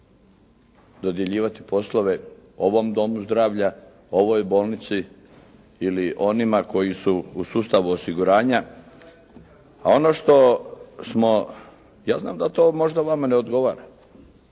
dodjeljivati poslove ovom Domu zdravlja, ovoj bolnici ili onima koji su u sustavu osiguranja. A ono što smo, ja znam da to možda vama ne odgovara